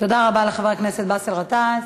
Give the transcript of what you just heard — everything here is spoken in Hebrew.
תודה רבה לחבר הכנסת באסל גטאס.